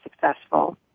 successful